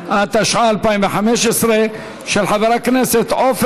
61 בעד, שני מתנגדים, אין נמנעים.